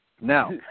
Now